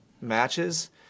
matches